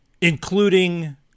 Including